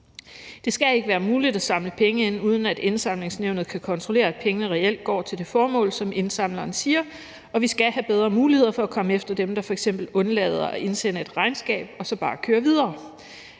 Det skal ikke være muligt at samle penge ind, uden at Indsamlingsnævnet kan kontrollere, at pengene reelt går til det formål, som indsamleren siger, og vi skal have bedre muligheder for at komme efter dem, der f.eks. undlader at indsende et regnskab og så bare kører videre.